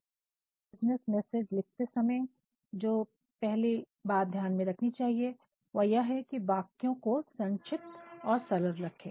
इसलिए business message लिखते समय जो पहली बात ध्यान में रखनी चाहिए वह यह है की वाक्यों को संक्षिप्त और सरल रखें